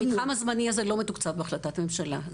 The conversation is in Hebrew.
המתחם הזמני הזה לא מתוקצב בהחלטת ממשלה.